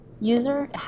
user